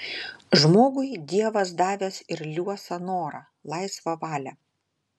žmogui dievas davęs ir liuosą norą laisvą valią